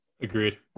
Agreed